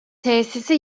tesisi